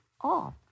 off